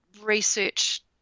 research